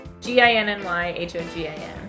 g-i-n-n-y-h-o-g-i-n